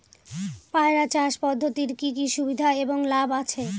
পয়রা চাষ পদ্ধতির কি কি সুবিধা এবং লাভ আছে?